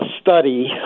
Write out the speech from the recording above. study